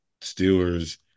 Steelers